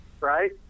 right